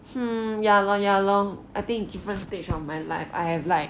hmm ya lor ya lor I think different stage of my life I have like